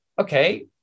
okay